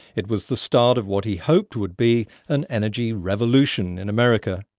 it was the start of what he hoped would be an energy revolution in america.